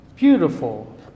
Beautiful